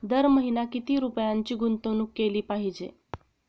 दर महिना किती रुपयांची गुंतवणूक केली पाहिजे?